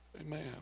Amen